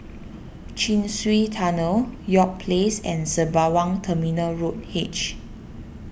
Chin Swee Tunnel York Place and Sembawang Terminal Road H